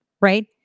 right